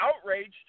outraged